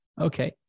Okay